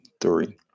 three